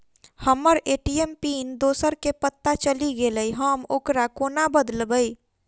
हम्मर ATM pin दोसर केँ पत्ता चलि गेलै, हम ओकरा कोना बदलबै?